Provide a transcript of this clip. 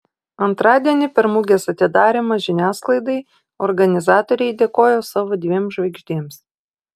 antradienį per mugės atidarymą žiniasklaidai organizatoriai dėkojo savo dviem žvaigždėms